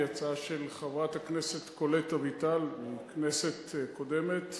היא הצעה של חברת הכנסת קולט אביטל מכנסת קודמת,